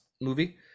movie